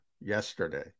yesterday